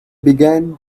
began